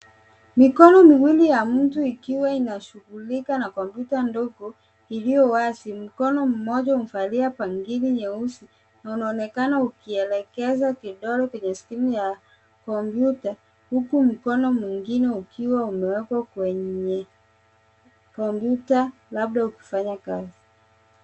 Mikono miwili ya mtu ikiwa inashghulika na kompyuta ndogo iliyowazi. Mkono mmoja umevalia bangili nyeusi na unaonekana ukielekeza kidole kwenye skrini ya kompyuta, huku mkono mwingine ukiwa umewekwa kwenye kompyuta labda ukifanya kazi.